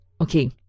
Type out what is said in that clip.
Okay